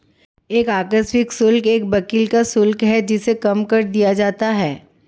एक आकस्मिक शुल्क एक वकील का शुल्क है जिसे कम कर दिया जाता है